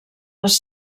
les